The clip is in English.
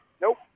nope